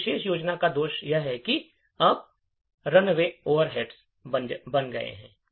इस विशेष योजना का दोष यह है कि अब रनवे ओवरहेड्स बढ़ गए हैं